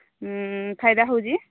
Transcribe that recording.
ଉଁ ଫାଇଦା ହେଉଛି